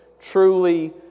truly